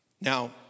Now